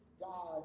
God